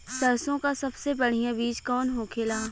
सरसों का सबसे बढ़ियां बीज कवन होखेला?